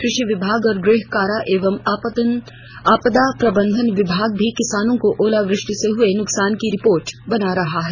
कृषि विभाग और गृह कारा एवं आपदा प्रबंधन विभाग भी किसानों को ओलावृष्टि से हुए नुकसान की रिपोर्ट बना रहा है